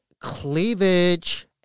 cleavage